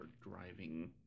driving